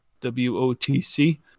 W-O-T-C